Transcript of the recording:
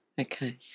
okay